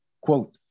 Quote